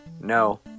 no